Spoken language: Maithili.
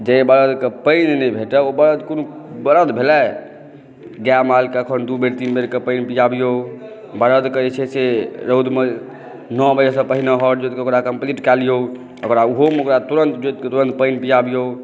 जै बरदके पानि नहि भेटए ओ बरद कोनो बरद भेलै गाय मालक एखन दू बेर तीन बेरक पानि पिआबिऔ बरद कहै छै से रौदमे नओ बजेसँ पहिने हर जोतिक ओकरा कम्प्लीट कऽ लिऔ ओकरा ओहुमे ओकरा तुरन्त जोतिकऽ पानि पिआबिऔ